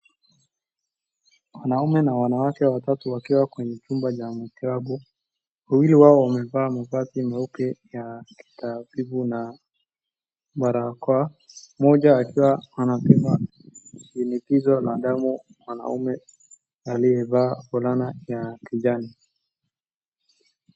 Wanaume na wanawake watatu wakiwa kwenye chumba cha matibabu, wawili wao wamevaa mavazi meupe ya kitaratibu na barakoa, mmoja akiwa anapima shinikizo la damu mwanaume aliyevaa fulana ya kijani.